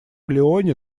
леоне